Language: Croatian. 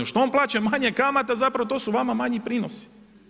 Što on plaća manje kamata zapravo, to su vama manji prinosi.